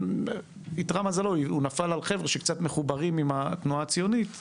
הוא נפל על חבר'ה שקצת מחוברים התנועה הציונית,